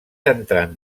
entrant